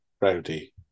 rowdy